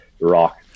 rock